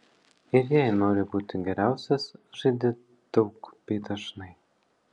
ir jei nori būti geriausias žaidi daug bei dažnai